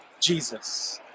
Jesus